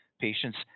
patients